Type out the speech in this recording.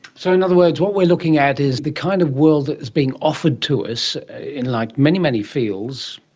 so in other words, what we're looking at is the kind of world that is being offered to us in like many, many fields,